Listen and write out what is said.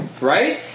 right